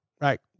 right